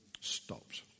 stopped